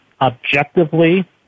objectively